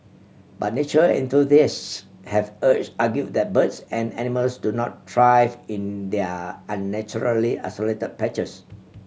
but nature enthusiasts have argued that birds and animals do not thrive in their unnaturally isolated patches